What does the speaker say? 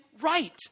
right